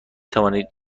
توانید